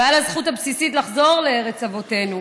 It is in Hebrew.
ועל הזכות הבסיסית לחזור לארץ אבותינו.